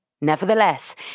Nevertheless